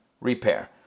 repair